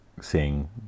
seeing